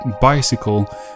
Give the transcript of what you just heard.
bicycle